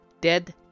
Dead